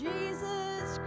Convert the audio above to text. Jesus